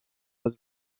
was